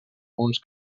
uns